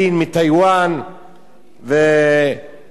ולא מזמן, אם זכור לכם,